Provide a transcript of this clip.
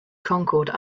concord